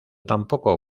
tampoco